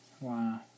wow